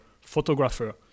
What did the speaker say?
photographer